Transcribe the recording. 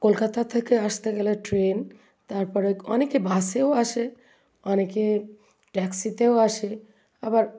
কলকাতা থেকে আসতে গেলে ট্রেন তারপরে অনেকে বাসেও আসে অনেকে ট্যাক্সিতেও আসে আবার